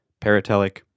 paratelic